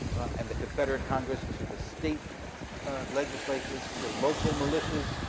and the confederate congress to the state legislatures, to local militias,